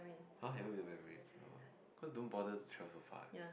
!huh! you haven't been to oh cause don't bother to travel so far